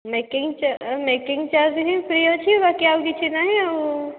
making charge ହିଁ free ଅଛି ବାକି ଆଉ କିଛି ନାହିଁ ଆଉ